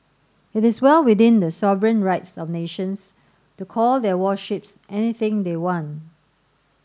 it is well within the sovereign rights of nations to call their warships anything they want